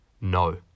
No